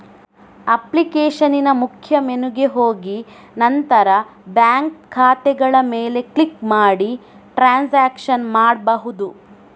ಅಪ್ಲಿಕೇಶನಿನ ಮುಖ್ಯ ಮೆನುಗೆ ಹೋಗಿ ನಂತರ ಬ್ಯಾಂಕ್ ಖಾತೆಗಳ ಮೇಲೆ ಕ್ಲಿಕ್ ಮಾಡಿ ಟ್ರಾನ್ಸಾಕ್ಷನ್ ಮಾಡ್ಬಹುದು